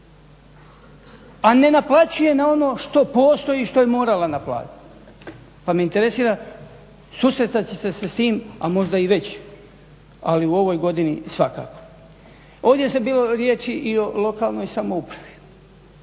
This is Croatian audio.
A ne naplaćuje na ono što postoji i što je morala naplatiti. Pa me interesira, susretat ćete se s tim, a možda već ali u ovoj godini svakako. Ovdje je sad bilo riječi i o lokalnoj samoupravi.